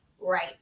right